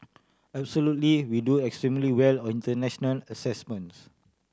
absolutely we do extremely well on international assessments